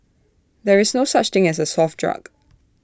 there is no such thing as A soft drug